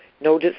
no